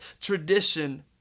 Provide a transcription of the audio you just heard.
tradition